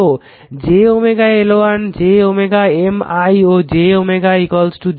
তো j L1 j M I ও j j ও I